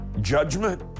judgment